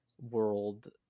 world